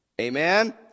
Amen